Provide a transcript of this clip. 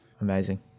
Amazing